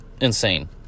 insane